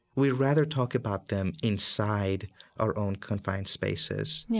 we'd rather talk about them inside our own confined spaces. yeah